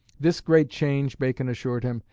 this great change, bacon assured him,